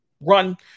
run